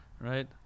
right